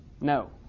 no